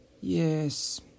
Yes